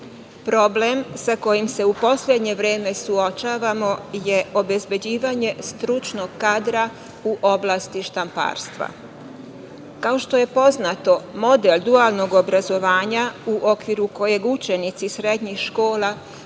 Problem sa kojim se u poslednje vreme suočavamo je obezbeđivanje stručnog kadra u oblasti štamparstva. Kao što je poznato, model dualnog obrazovanja u okviru kojeg učenici srednjih škola